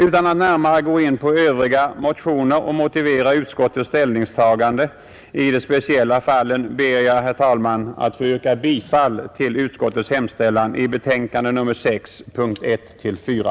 Utan att närmare gå in på övriga motioner och motivera utskottets ställningstagande i de speciella fallen ber jag, herr talman, att få yrka bifall till utskottets hemställan i betänkandet nr 6, punkterna 1—4.